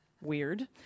Weird